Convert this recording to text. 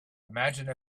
imagine